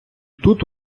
тут